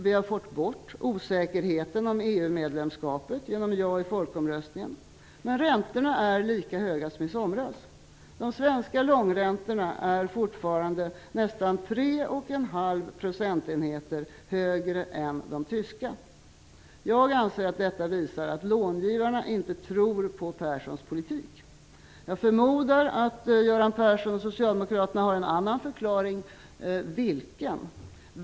Vi har fått bort osäkerheten om EU-medlemskapet genom vårt ja i folkomröstningen. Men räntorna är lika höga som i somras. De svenska långräntorna är fortfarande nästan 3,5 procentenheter högre än de tyska. Jag anser att detta visar att långivarna inte tror på Perssons politik. Jag förmodar att Göran Persson och Socialdemokraterna har en annan förklaring - men vilken?